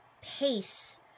pace